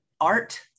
art